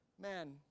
man